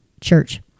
church